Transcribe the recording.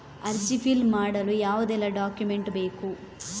ಅರ್ಜಿ ಫಿಲ್ ಮಾಡಲು ಯಾವುದೆಲ್ಲ ಡಾಕ್ಯುಮೆಂಟ್ ಬೇಕು?